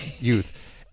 youth